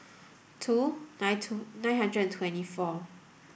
two nine two nine hundred and twenty four